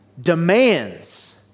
demands